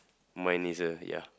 mine isn't ya